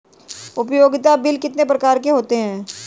उपयोगिता बिल कितने प्रकार के होते हैं?